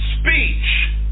Speech